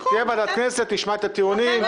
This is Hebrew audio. תהיה ועדת כנסת, נשמע שם את הדיונים.